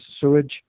sewage